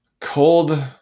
Cold